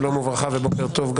שלום וברכה ובוקר טוב,